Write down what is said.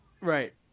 Right